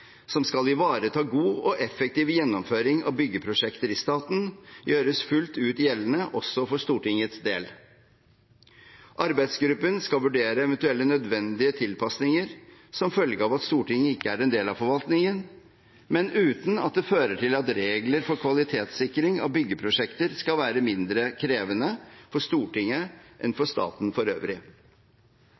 som skal ivareta god og effektiv gjennomføring av byggeprosjekter i staten, gjøres fullt ut gjeldende også for Stortingets del. Arbeidsgruppen skal vurdere eventuelle nødvendige tilpasninger som følge av at Stortinget ikke er en del av forvaltningen, men uten at det fører til at regler for kvalitetssikring av byggeprosjekter skal være mindre krevende for Stortinget enn for staten for øvrig.